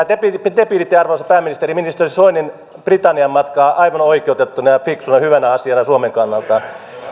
te piditte te piditte arvoisa pääministeri ministeri soinin britannian matkaa aivan oikeutettuna ja fiksuna ja hyvänä asiana suomen kannalta